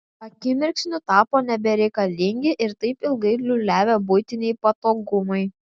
akimirksniu tapo nebereikalingi ir taip ilgai liūliavę buitiniai patogumai